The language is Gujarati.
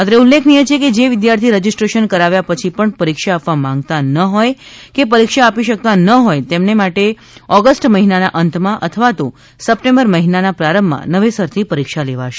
અત્રે ઉલ્લેખનીય છે કે જે વિદ્યાર્થી રજીસ્ટ્રેશન કરાવ્યા પછી પણ પરીક્ષા આપવા માંગતા ન હોય કે પરીક્ષા આપી શકતા ન હોય તેમને માટે ઓગસ્ટ મહિનાના અંતમાં અથવા તો સપ્ટેમ્બર મહિનાના પ્રારંભમાં નવેસરથી પરીક્ષા લેવાશે